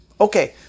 Okay